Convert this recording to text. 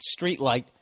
streetlight